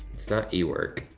it's not e. work.